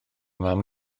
mam